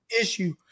issue